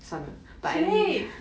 谁